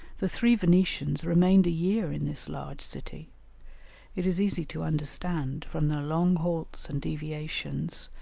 the three venetians remained a year in this large city it is easy to understand, from their long halts and deviations,